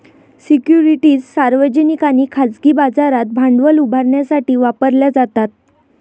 securities सार्वजनिक आणि खाजगी बाजारात भांडवल उभारण्यासाठी वापरल्या जातात